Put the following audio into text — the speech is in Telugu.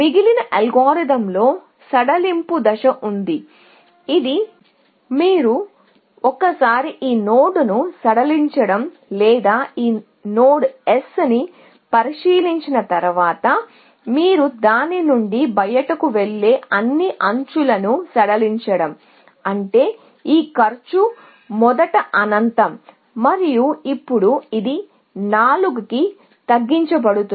మిగిలిన అల్గోరిథంలో సడలింపు దశ ఉంది ఇది మీరు ఒకసారి ఈ నోడ్ను సడలించడం లేదా ఈ నోడ్ S ని పరిశీలించిన తర్వాత మీరు దాని నుండి బయటకు వెళ్ళే అన్ని ఎడ్జ్ లను సడలించడండి అంటే మొదట ఈ కాస్ట్ అనంతం ఇప్పుడు ఇది 4 కి తగ్గించబడుతుంది